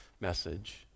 message